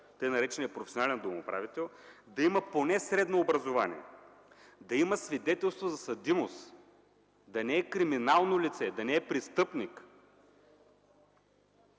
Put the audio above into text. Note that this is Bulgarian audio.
тъй нареченият професионален домоуправител, да има поне средно образование, да има свидетелство за съдимост, да не е криминално лице, да не е престъпник, да мине